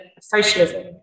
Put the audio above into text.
socialism